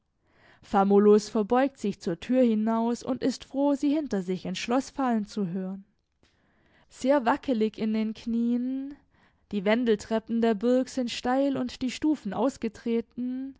famulus verbeugt sich zur tür hinaus und ist froh sie hinter sich ins schloß fallen zu hören sehr wackelig in den knien die wendeltreppen der burg sind steil und die stufen ausgetreten